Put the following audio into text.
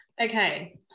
okay